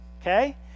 okay